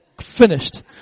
finished